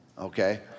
Okay